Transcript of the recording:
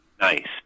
nice